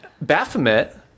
baphomet